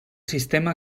sistema